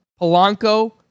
Polanco